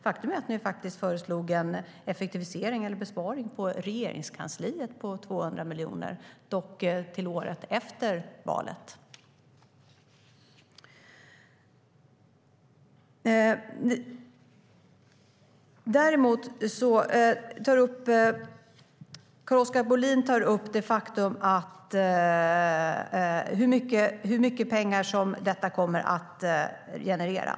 Faktum är att ni föreslog en effektivisering eller besparing på Regeringskansliet på 200 miljoner, dock till året efter valet. Carl-Oskar Bohlin tar upp hur mycket pengar det kommer att generera.